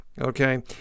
Okay